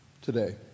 today